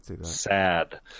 sad